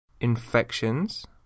infections